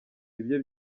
ibye